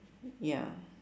ya